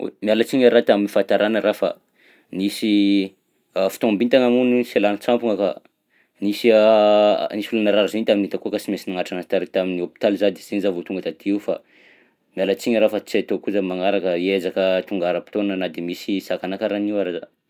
Oy! Miala tsiny araha tam'fahatarana raha fa nisy fotoam-bintana hono sy ialan-tsampona ka nisy nisy olona narary zainy taminay takao ka sy mainsy nanatitra anazy tary tamin'ny hôpitaly za de zainy za vao tonga taty io fa miala tsigny araha fa tsy ataoko koza am'magnaraka, hiezaka tonga ara-potoana na de misy sakana karahan'io ary zaho.